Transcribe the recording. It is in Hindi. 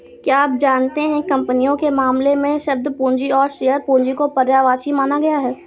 क्या आप जानते है कंपनियों के मामले में, शब्द पूंजी और शेयर पूंजी को पर्यायवाची माना गया है?